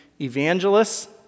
evangelists